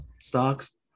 stocks